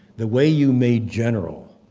the way you made general,